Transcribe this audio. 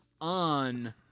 on